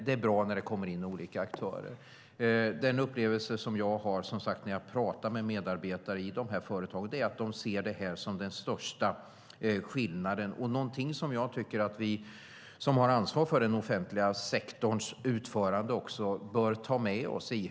Det är bra när det kommer in olika aktörer. Den upplevelse som jag har när jag talar med medarbetare i företagen är att de ser detta som den största skillnaden. Det är någonting som vi som har ansvar för den offentliga sektorns utförande bör ta med oss.